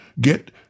Get